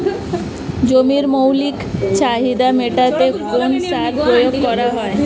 জমির মৌলিক চাহিদা মেটাতে কোন সার প্রয়োগ করা হয়?